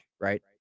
right